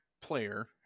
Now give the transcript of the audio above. player